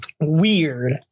weird